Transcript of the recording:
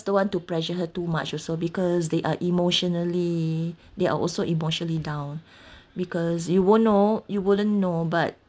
don't want to pressure too much also because they are emotionally they are also emotionally down because you won't know you wouldn't know but